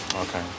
Okay